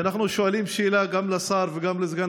שאנחנו שואלים שאלה גם את השר וגם את סגן